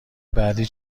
بعدی